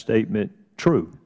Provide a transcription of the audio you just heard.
statement true